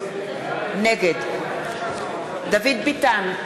נגד דוד ביטן,